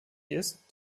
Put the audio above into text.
ist